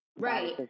Right